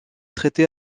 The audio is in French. traité